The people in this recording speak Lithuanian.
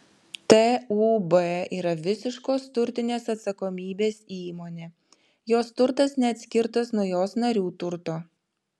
tūb yra visiškos turtinės atsakomybės įmonė jos turtas neatskirtas nuo jos narių turto